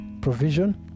provision